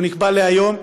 הוא נקבע להיום,